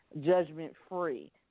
judgment-free